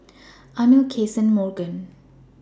Amil Cason and Morgan